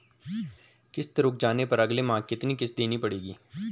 किश्त रुक जाने पर अगले माह कितनी किश्त देनी पड़ेगी?